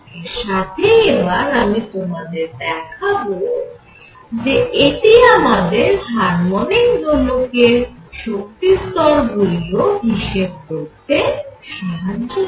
এর সাথেই এবার আমি তোমাদের দেখাবো যে এটি আমাদের হারমনিক দোলকের শক্তি স্তর গুলিও হিসেব করতে সাহায্য করে